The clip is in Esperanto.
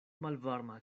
malvarma